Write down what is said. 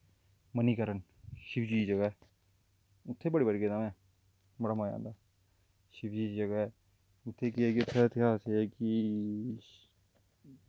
मणीकरन शिवजी दी जगह् ऐ उत्थें बड़ी बारी गेदा ऐं में बड़ा मज़ा आंदा ऐ शिवजी दी जगह् ऐ उत्थें केह् ऐ कि उत्थें इतेहास एह् ऐ कि